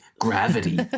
gravity